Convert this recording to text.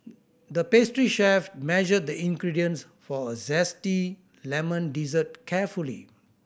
the pastry chef measured the ingredients for a zesty lemon dessert carefully